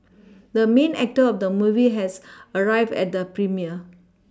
the main actor of the movie has arrived at the premiere